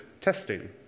testing